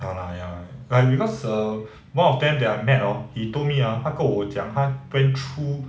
ya lah ya lah like because err one of them that I met hor he told me ah 他跟我讲他 went through